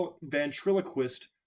ventriloquist